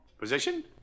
Position